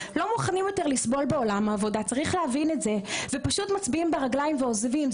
לא מוכנים יותר לסבול בעולם העבודה ופשוט מצביעים ברגליים ועוזבים,